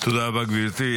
תודה רבה, גברתי.